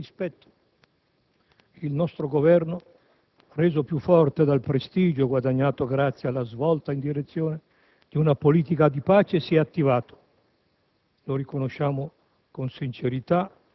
rispetto, questa volta molto fermamente. Il nostro Governo, reso più forte dal prestigio guadagnato grazie alla svolta in direzione di una politica di pace, si è attivato,